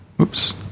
Oops